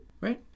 right